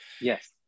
Yes